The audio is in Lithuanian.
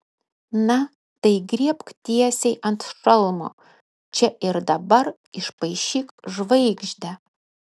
na tai griebk tiesiai ant šalmo čia ir dabar išpaišyk žvaigždę